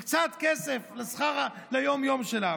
קצת כסף ליום-יום שלה,